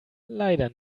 leider